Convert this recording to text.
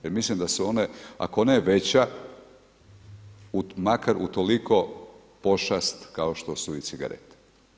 Jer mislim da su one, ako ne veća makar utoliko pošast kao što su i cigarete.